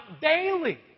daily